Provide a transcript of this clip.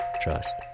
Trust